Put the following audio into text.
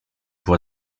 pour